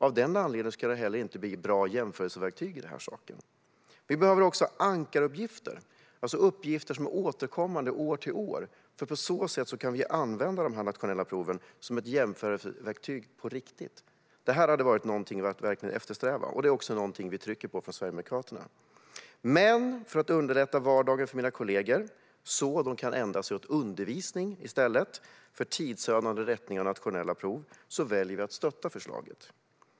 Av den anledningen kan de heller inte bli bra jämförelseverktyg. Vi behöver också ankaruppgifter, uppgifter som är återkommande från år till år - på så sätt kan vi använda de nationella proven som ett jämförelseverktyg på riktigt. Detta hade varit någonting att verkligen eftersträva, och det är också någonting vi trycker på från Sverigedemokraterna. Men för att underlätta vardagen för mina kollegor, så att de kan ägna sig åt undervisning i stället för tidsödande rättning av nationella prov, väljer vi att stötta förslaget.